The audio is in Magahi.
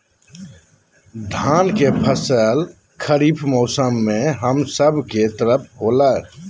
धान के फसल खरीफ मौसम में हम सब के तरफ होला